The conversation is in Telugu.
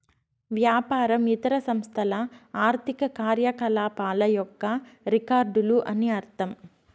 వ్యాపారం ఇతర సంస్థల ఆర్థిక కార్యకలాపాల యొక్క రికార్డులు అని అర్థం